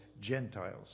Gentiles